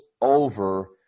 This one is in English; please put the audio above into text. over